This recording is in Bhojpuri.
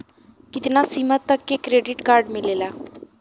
कितना सीमा तक के क्रेडिट कार्ड मिलेला?